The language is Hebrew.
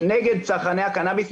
נגד צרכני הקנאביס,